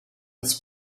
was